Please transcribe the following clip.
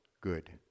good